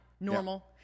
normal